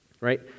right